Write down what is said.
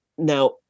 Now